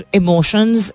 emotions